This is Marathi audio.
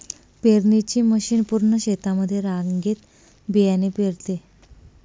पेरणीची मशीन पूर्ण शेतामध्ये रांगेत बियाणे पेरते